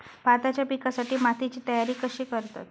भाताच्या पिकासाठी मातीची तयारी कशी करतत?